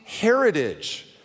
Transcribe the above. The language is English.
heritage